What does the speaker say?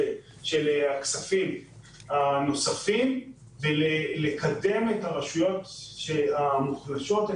של הכספים הנוספים כדי לקדם את הרשויות החלשות,